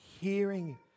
hearing